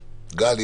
גל,